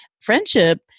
friendship